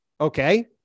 Okay